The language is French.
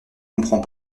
comprend